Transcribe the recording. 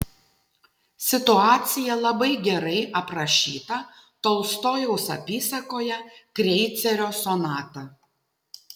situacija labai gerai aprašyta tolstojaus apysakoje kreicerio sonata